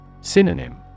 Synonym